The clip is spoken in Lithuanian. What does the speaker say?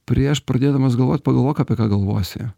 prieš pradėdamas galvot pagalvok apie ką galvosi